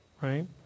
right